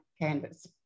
canvas